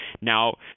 now